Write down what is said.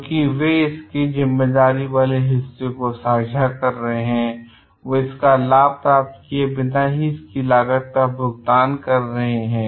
क्योंकि वे इसके जिम्मेदारी वाले हिस्से को साझा कर रहे हैं वे इसका लाभ प्राप्त किए बिना भी इसकी लागत का भुगतान कर रहे हैं